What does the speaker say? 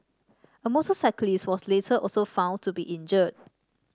a motorcyclist was later also found to be injured